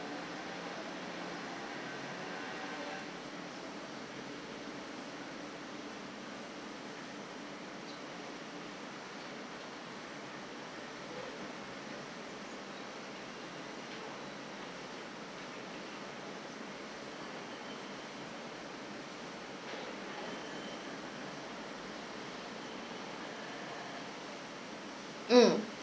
mm